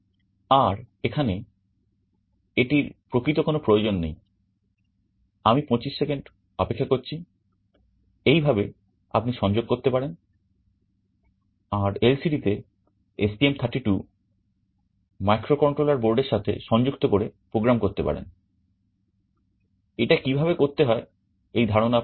আর এখানে এটির প্রকৃত কোন প্রয়োজন নেই আমি 25 সেকেন্ড অপেক্ষা করছি এইভাবে আপনি সংযোগ করতে পারেন আর এলসিডি তে STM32 মাইক্রোকন্ট্রোলার বোর্ডের সাথে সংযুক্ত করে প্রোগ্রাম করতে পারেন এটা কিভাবে করতে হয় এই ধারণা আপনাকে দেবে